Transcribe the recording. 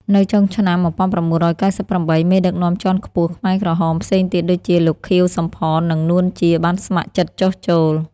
នៅចុងឆ្នាំ ១៩៩៨ មេដឹកនាំជាន់ខ្ពស់ខ្មែរក្រហមផ្សេងទៀតដូចជា លោក ខៀវ សំផន និង នួន ជា បានស្ម័គ្រចិត្តចុះចូល។